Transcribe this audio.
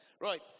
Right